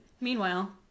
Meanwhile